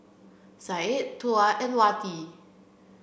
Syed Tuah and Wati